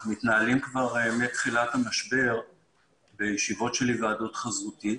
אנחנו מתנהלים כבר מתחילת המשבר בישיבות של היוועדות חזותית.